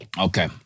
Okay